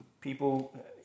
People